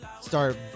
start